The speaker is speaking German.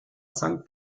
sankt